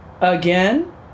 Again